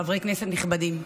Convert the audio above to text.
חברי כנסת נכבדים,